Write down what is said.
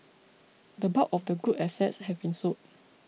the bulk of the good assets have been sold